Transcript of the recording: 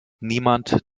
niemand